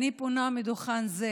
אני פונה מדוכן זה